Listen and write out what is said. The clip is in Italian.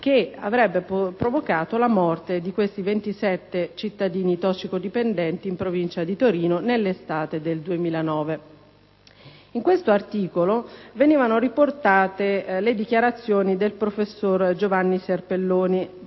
che avrebbe provocato la morte di questi 27 cittadini tossicodipendenti, in Provincia di Torino, nell'estate del 2009. L'articolo riportava anche le dichiarazioni del professor Giovanni Serpelloni,